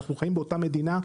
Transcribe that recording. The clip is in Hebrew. אנחנו חיים באותה מדינה,